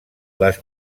les